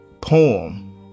poem